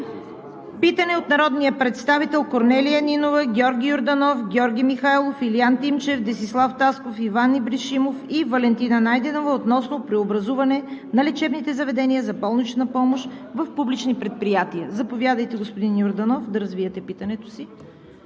Питане от народния представител Корнелия Нинова, Георги Йорданов, Георги Михайлов, Илиян Тимчев, Десислав Тасков, Иван Ибришимов и Валентина Найденова относно преобразуване на лечебните заведения за болнична помощ в публични предприятия. Заповядайте, господин Йорданов, да развиете питането си.